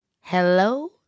Hello